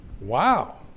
Wow